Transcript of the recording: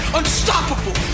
unstoppable